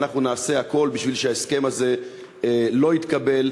ואנחנו נעשה הכול בשביל שההסכם הזה לא יתקבל